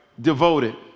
Devoted